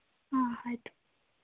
ಹಾಂ ಆಯಿತು